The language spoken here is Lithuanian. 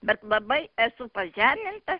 bet labai esu pažeminta